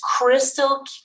crystal